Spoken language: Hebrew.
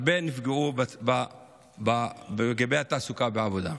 הרבה נפגעו בתעסוקה, בעבודה.